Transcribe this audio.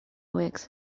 weeks